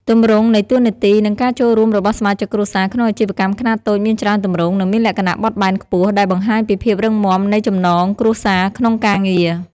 ទម្រង់នៃតួនាទី និងការចូលរួមរបស់សមាជិកគ្រួសារក្នុងអាជីវកម្មខ្នាតតូចមានច្រើនទម្រង់ និងមានលក្ខណៈបត់បែនខ្ពស់ ដែលបង្ហាញពីភាពរឹងមាំនៃចំណងគ្រួសារក្នុងការងារ។